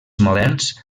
moderns